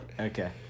Okay